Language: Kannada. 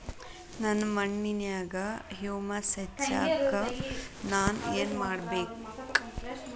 ನನ್ನ ಮಣ್ಣಿನ್ಯಾಗ್ ಹುಮ್ಯೂಸ್ ಹೆಚ್ಚಾಕ್ ನಾನ್ ಏನು ಮಾಡ್ಬೇಕ್?